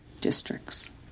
districts